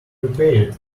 repaired